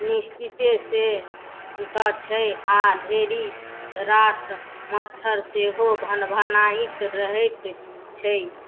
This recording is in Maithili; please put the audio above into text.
निश्चिते से तऽ छै आ ढेरी रास मच्छर सेहो भनभनाइत रहैत छै